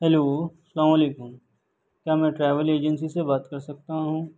hello السلام علیکم کیا میں ٹرایول ایجنسی سے بات کر سکتا ہوں